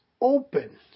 open